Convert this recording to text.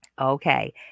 Okay